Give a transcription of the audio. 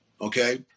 Okay